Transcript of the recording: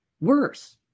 worse